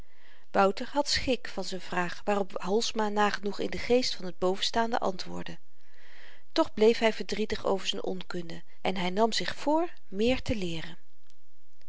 wouter had schik van z'n vraag waarop holsma nagenoeg in den geest van t bovenstaande antwoordde toch bleef hy verdrietig over z'n onkunde en hy nam zich voor meer te leeren